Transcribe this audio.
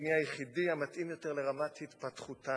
היחיד המתאים יותר לרמת "התפתחותן",